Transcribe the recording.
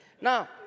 Now